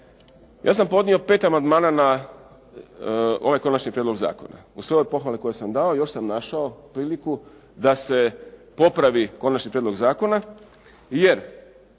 ja sam podnio pet amandmana na ovaj konačni prijedlog zakona. Uz sve ove pohvale koje sam dao, još sam našao priliku da se popravi konačni prijedlog zakona jer